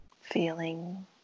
Feeling